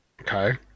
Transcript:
okay